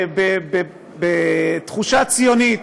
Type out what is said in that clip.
בתחושה ציונית,